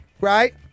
right